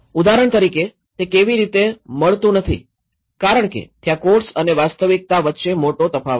ઉદાહરણ તરીકે તે કેવી રીતે મળતું નથી કારણ કે ત્યાં કોડ્સ અને વાસ્તવિકતા વચ્ચે મોટો તફાવત છે